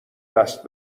دست